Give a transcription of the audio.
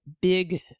big